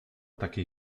takiej